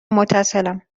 متصلم